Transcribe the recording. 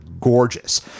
gorgeous